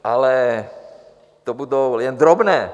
Ale to budou jen drobné.